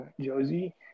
Josie